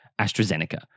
AstraZeneca